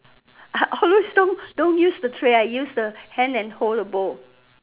I always don't use the tray I use the hand and hold the bowl